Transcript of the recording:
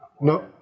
No